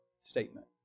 statement